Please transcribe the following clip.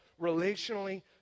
relationally